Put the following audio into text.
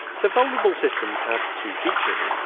the vulnerable systems have two features.